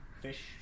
fish